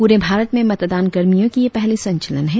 पूरे भारत में मतदान कर्मियों की यह पहली संचलन है